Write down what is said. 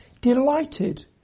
delighted